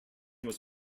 was